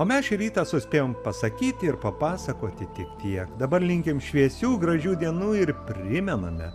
o mes šį rytą suspėjom pasakyti ir papasakoti tik tiek dabar linkim šviesių gražių dienų ir primename